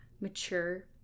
mature